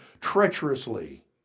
treacherously